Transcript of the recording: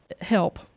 help